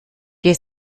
der